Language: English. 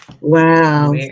wow